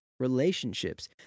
relationships